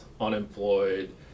unemployed